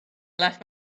left